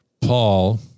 Paul